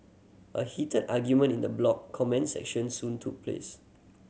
a heated argument in the blog comment section soon took place